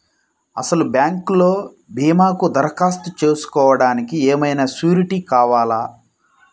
అసలు బ్యాంక్లో భీమాకు దరఖాస్తు చేసుకోవడానికి ఏమయినా సూరీటీ కావాలా?